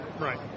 Right